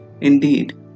Indeed